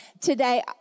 today